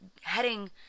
heading